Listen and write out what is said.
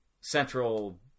Central